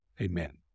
Amen